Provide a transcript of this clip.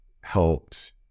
helped